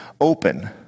open